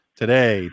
today